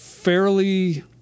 fairly